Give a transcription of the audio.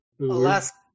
Alaska